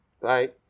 Bye